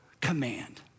command